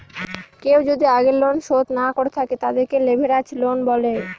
কেউ যদি আগের লোন শোধ না করে থাকে, তাদেরকে লেভেরাজ লোন বলে